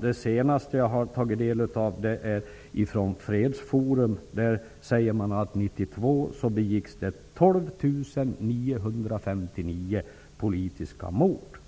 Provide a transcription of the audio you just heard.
De senaste siffrorna från Fredsforum visar att det begicks 12 959 politiska mord